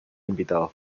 invitado